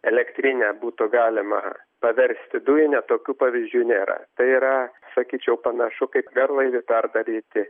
elektrinę būtų galima paversti dujine tokių pavyzdžių nėra tai yra sakyčiau panašu kaip garlaivį perdaryti